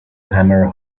hammer